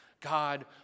God